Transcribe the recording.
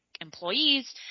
employees